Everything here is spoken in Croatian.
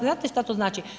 Znate što to znači?